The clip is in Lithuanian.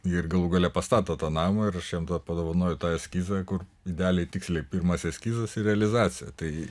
ir galų gale pastato tą namą ir aš jam tada padovanoju tą eskizą kur idealiai tiksliai pirmas eskizas ir realizacija tai